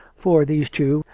for these two,